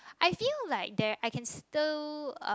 I feel like there I can still uh